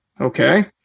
Okay